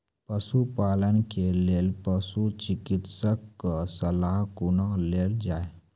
पशुपालन के लेल पशुचिकित्शक कऽ सलाह कुना लेल जाय?